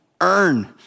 earn